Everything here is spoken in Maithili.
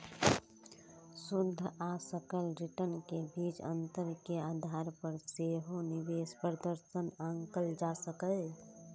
शुद्ध आ सकल रिटर्न के बीच अंतर के आधार पर सेहो निवेश प्रदर्शन आंकल जा सकैए